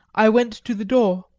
i went to the door.